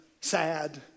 sad